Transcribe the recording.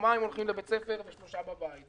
ויומיים הולכים לבית הספר ושלושה בבית,